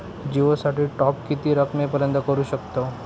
जिओ साठी टॉप किती रकमेपर्यंत करू शकतव?